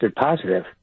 positive